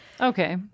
Okay